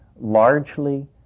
largely